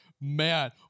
Man